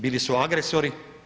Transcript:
Bili su agresori.